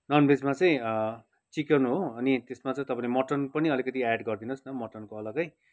ननभेजमा चाहिँ चिकन हो अनि त्यसमा चाहिँ तपाईँले मटन पनि अलिकति एड गरिदिनुहोस् न मटनको अलगै